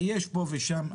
יש פה ושם,